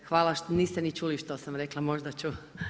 Hvala, niste ni čuli što sam rekla, možda ću.